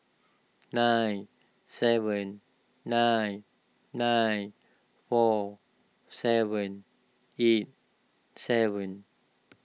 nine seven nine nine four seven eight seven